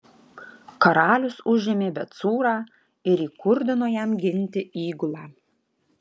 karalius užėmė bet cūrą ir įkurdino jam ginti įgulą